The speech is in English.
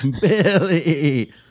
Billy